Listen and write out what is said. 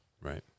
Right